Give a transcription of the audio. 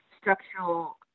structural